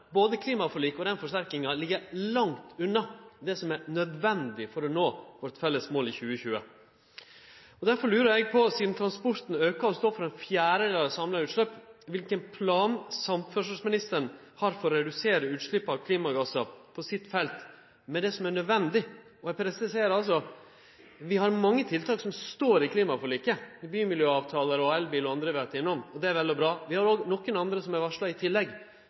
Både klimaforliket og den forsterkinga ligg langt unna det som er nødvendig for å nå vårt felles mål i 2020. Derfor lurer eg på – sidan transporten aukar og står for ein fjerdedel av dei samla utsleppa – kva for plan samferdselsministeren har for å redusere utsleppet av klimagassar på sitt felt med det som er nødvendig. Eg presiserer: Vi har mange tiltak som står i klimaforliket – bymiljøavtalar, elbil og andre har vi vore innom – og det er vel og bra. Vi har òg nokon andre som er varsla i tillegg.